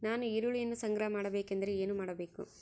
ನಾನು ಈರುಳ್ಳಿಯನ್ನು ಸಂಗ್ರಹ ಮಾಡಬೇಕೆಂದರೆ ಏನು ಮಾಡಬೇಕು?